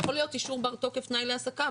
יכול להיות אישור בר תוקף תנאי להעסקה,